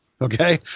Okay